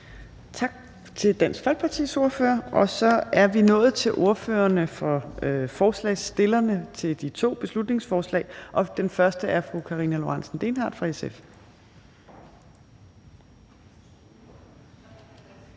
Tak til Dansk Folkepartis ordfører. Og så er vi nået til ordførerne for forslagsstillerne af de to beslutningsforslag, og den første er fru Karina Lorentzen Dehnhardt fra SF.